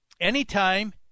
anytime